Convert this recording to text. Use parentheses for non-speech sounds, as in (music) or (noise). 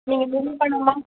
நீங்கள் (unintelligible) மேம்